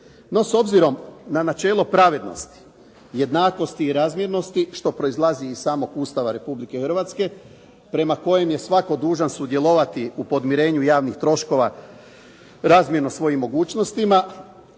No, s obzirom na načelo pravednosti jednakosti i razmjernosti što proizlazi iz samog Ustava Republike Hrvatske prema kojem je svatko dužan sudjelovati u podmirenju javnih troškova razmjerno svojim mogućnostima,